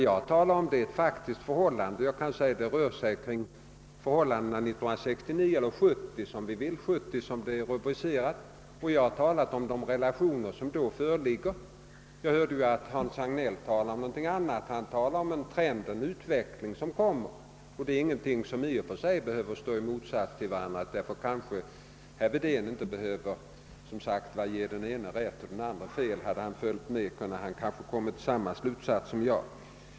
Jag talade om ett faktiskt förhållande, nämligen om situationen 1969 eller 1970 och de relationer som då föreligger. Hans Hagnell talade om någonting annat, nämligen om den utveckling som är att förvänta — det ena behöver inte stå i motsatsförhållande till det andra. Därför behöver kanske inte herr Wedén som sagt ge den ene rätt och den andre fel, och hade han följt med i debatten hade han kanske kommit till samma slutsats som jag.